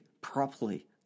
properly